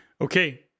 Okay